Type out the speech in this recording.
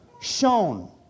shown